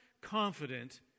confident